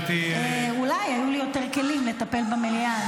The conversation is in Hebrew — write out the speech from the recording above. --- אולי היו לי יותר כלים לטפל במליאה.